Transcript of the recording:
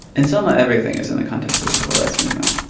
in selma, everything is in the context of the civil rights movement